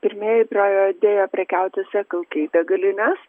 pirmieji pradėjo prekiauti sirklkei degalinės